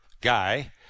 guy